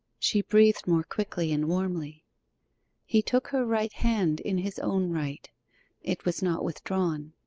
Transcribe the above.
she breathed more quickly and warmly he took her right hand in his own right it was not withdrawn.